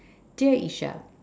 dear Isha